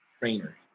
trainer